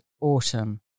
autumn